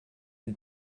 who